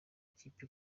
ikipe